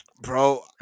Bro